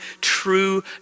true